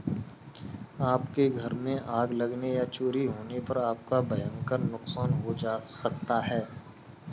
आपके घर में आग लगने या चोरी होने पर आपका भयंकर नुकसान हो सकता है